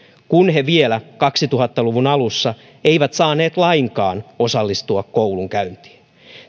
kun he vielä kaksituhatta luvun alussa eivät saaneet lainkaan osallistua koulunkäyntiin